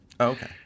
okay